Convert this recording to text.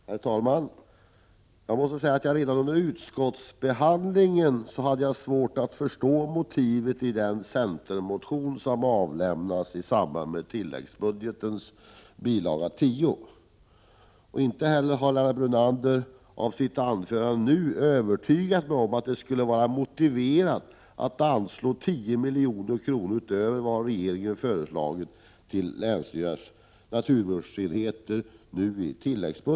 Herr talman! Jag måste säga att jag redan under utskottsbehandlingen hade svårt att förstå motivet för den centermotion som avlämnades i samband med beredningen av tilläggsbudgetens bil. 10. Inte heller har Lennart Brunander genom sitt anförande nu övertygat mig om att det skulle vara motiverat att i tilläggsbudgeten anslå 10 miljoner utöver det regeringen föreslagit till länsstyrelsernas naturvårdsenheter.